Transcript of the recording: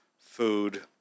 Food